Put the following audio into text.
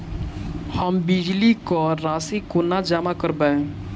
हम बिजली कऽ राशि कोना जमा करबै?